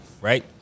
right